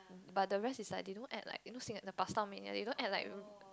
but the rest is like they don't add like you know sin~ the Pasta Mania they don't add like